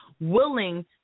willing